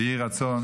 ויהי רצון